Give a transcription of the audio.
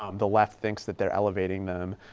um the left thinks that they're elevating them.